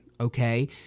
okay